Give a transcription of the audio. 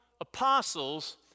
apostles